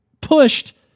pushed